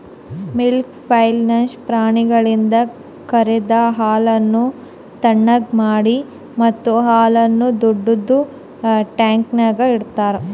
milk pipeline ಪ್ರಾಣಿಗಳಿಂದ ಕರೆದ ಹಾಲನ್ನು ಥಣ್ಣಗ್ ಮಾಡಿ ಮತ್ತ ಹಾಲನ್ನು ದೊಡ್ಡುದ ಟ್ಯಾಂಕ್ನ್ಯಾಗ್ ಇಡ್ತಾರ